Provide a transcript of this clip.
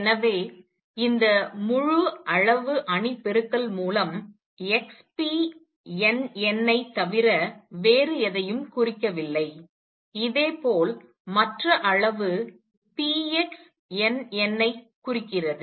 எனவே இந்த முழு அளவு அணி பெருக்கல் மூலம் nn ஐ தவிர வேறு எதையும் குறிக்கவில்லை இதேபோல் மற்ற அளவு nn ஐக் குறிக்கிறது